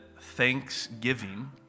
Thanksgiving